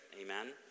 Amen